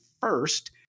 first